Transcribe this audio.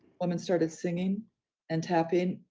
woman started singing and tapping,